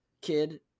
kid